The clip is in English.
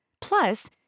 Plus